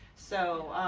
so